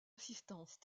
assistance